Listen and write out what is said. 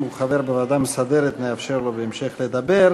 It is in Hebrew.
אם הוא חבר הכנסת בוועדה המסדרת נאפשר לו בהמשך לדבר.